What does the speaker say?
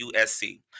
USC